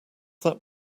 that